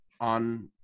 on